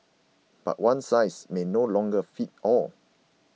but one size may no longer fit all